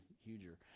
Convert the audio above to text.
huger